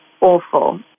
awful